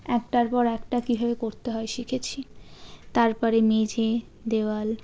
একটার পর একটা কীভাবে করতে হয় শিখেছি তারপরে মেঝে দেওয়াল